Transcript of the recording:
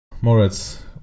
Moritz